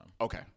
Okay